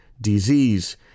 disease